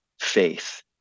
Faith